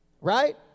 Right